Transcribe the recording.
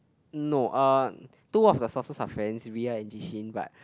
no uh two of the sources are friends Ria and Ji Xin but